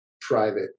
private